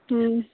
ᱦᱩᱸ